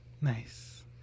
Nice